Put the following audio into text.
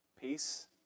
Peace